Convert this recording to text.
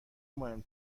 مهم